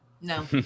No